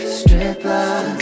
stripper